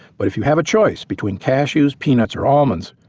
but if you have a choice between cashews, peanuts or almonds,